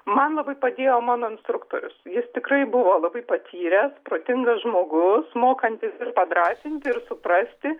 man labai padėjo mano instruktorius jis tikrai buvo labai patyręs protingas žmogus mokantis ir padrąsinti ir suprasti